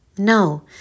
no